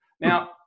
Now